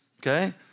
Okay